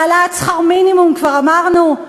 העלאת שכר מינימום כבר אמרנו?